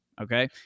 okay